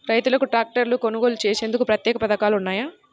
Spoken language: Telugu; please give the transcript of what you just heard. రైతులకు ట్రాక్టర్లు కొనుగోలు చేసేందుకు ప్రత్యేక పథకాలు ఉన్నాయా?